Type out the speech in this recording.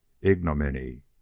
ignominy